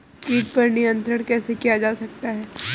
कीट पर नियंत्रण कैसे किया जा सकता है?